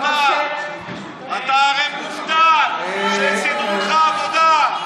אתה הרי מובטל שסידרו לו עבודה.